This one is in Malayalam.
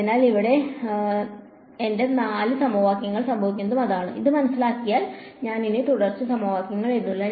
അതിനാൽ ഇവിടെയുള്ള എന്റെ നാല് സമവാക്യങ്ങൾക്ക് സംഭവിക്കുന്നത് അതാണ് അത് മനസ്സിലാക്കിയതിനാൽ ഞാൻ ഇനി തുടർച്ച സമവാക്യം എഴുതുന്നില്ല